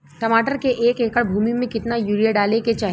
टमाटर के एक एकड़ भूमि मे कितना यूरिया डाले के चाही?